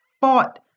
fought